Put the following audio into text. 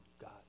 God